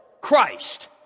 Christ